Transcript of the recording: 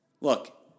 Look